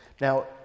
Now